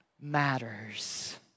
matters